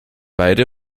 beide